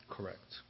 Correct